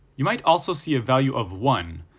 you might also see a value of one,